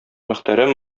мөхтәрәм